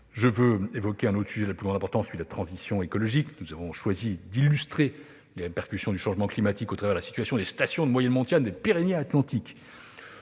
je souhaite évoquer un thème d'une très grande importance, celui de la transition écologique. Nous avons choisi d'illustrer les répercussions du changement climatique au travers de la situation des stations de moyenne montagne des Pyrénées-Atlantiques.